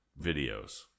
videos